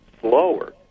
slower